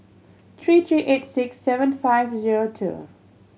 three three eight six seven five zero two